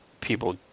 people